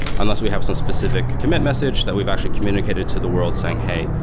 unless we have some specific commit message that we've actually communicated to the world saying, hey,